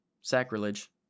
sacrilege